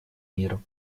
мира